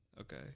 Okay